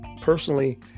personally